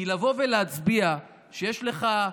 כי לבוא ולהצביע כשיש לך,